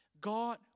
God